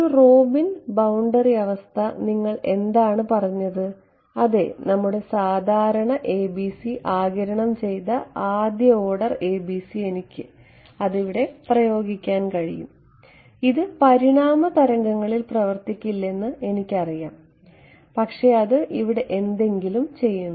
Robin boundary അവസ്ഥ നിങ്ങൾ എന്താണ് പറഞ്ഞത് അതെ നമ്മുടെ സാധാരണ ABC ആഗിരണം ചെയ്ത ആദ്യ ഓർഡർ ABC എനിക്ക് ഇത് ഇവിടെ പ്രയോഗിക്കാൻ കഴിയും ഇത് പരിണാമ തരംഗങ്ങളിൽ പ്രവർത്തിക്കില്ലെന്ന് എനിക്കറിയാം പക്ഷേ അത് ഇവിടെ എന്തെങ്കിലും ചെയ്യുന്നു